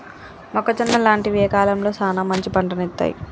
మొక్కజొన్న లాంటివి ఏ కాలంలో సానా మంచి పంటను ఇత్తయ్?